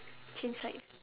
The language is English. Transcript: change side